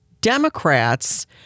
Democrats